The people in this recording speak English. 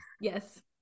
Yes